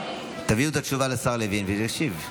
תביאו את התשובה לשר לוין והוא ישיב.